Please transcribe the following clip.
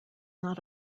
not